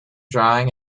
drawing